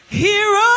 Hero